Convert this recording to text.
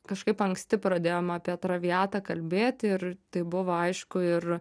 kažkaip anksti pradėjom apie traviatą kalbėti ir tai buvo aišku ir